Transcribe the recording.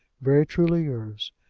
very truly yours,